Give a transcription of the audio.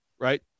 right